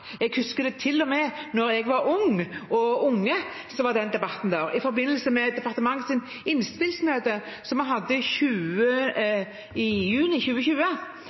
Jeg husker til og med at da jeg var ung og en unge, var den debatten der. I forbindelse med departementets innspillsmøte som vi hadde i juni 2020,